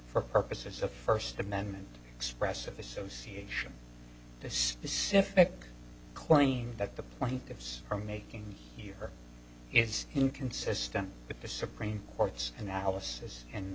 for purposes of first amendment expressive association the specific claim that the plaintiffs are making here is inconsistent with the supreme court's analysis and